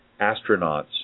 astronauts